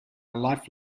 life